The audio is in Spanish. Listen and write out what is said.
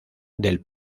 del